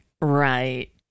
Right